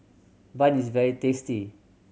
bun is very tasty